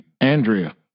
Andrea